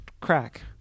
crack